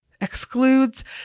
excludes